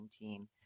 team